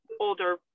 older